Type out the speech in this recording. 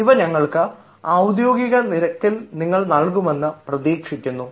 ഇവ ഞങ്ങൾക്ക് അദ്യോഗിക നിരക്കിൽ നൽകുമെന്ന് പ്രതീക്ഷിക്കുന്നു